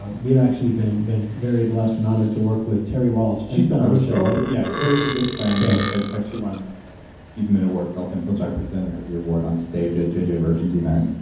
ah we have actually been been very blessed and honored to work with terry walls. she's been on this show, right? yeah. terry is a good friend. and in fact, she won like an achievement award for health influence. i presented her the award on stage at jj virgin's event.